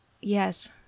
Yes